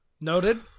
noted